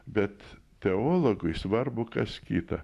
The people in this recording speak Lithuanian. bet teologui svarbu kas kita